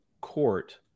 court